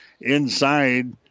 inside